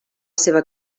seva